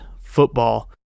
football